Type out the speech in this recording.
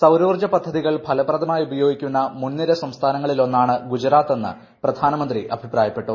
സൌരോർജ്ജ പദ്ധതികൾ ഫലപ്രദമായി ഉപയോഗിക്കുന്ന മുൻനിര സംസ്ഥാനങ്ങളിലൊന്നാണ് ഗുജറാത്ത് എന്ന് പ്രധാനമന്ത്രി അഭിപ്രായപ്പെട്ടു